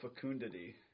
fecundity